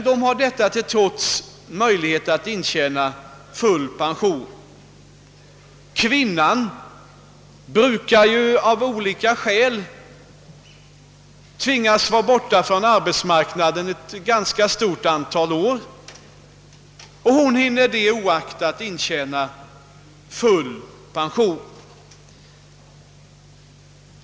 De har detta till trots möjlighet att intjäna full pension. Kvinnan brukar ju av olika skäl tvingas att vara borta från arbetsmarknaden ganska många år, och hon hinner det oaktat intjäna full penson.